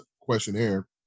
questionnaire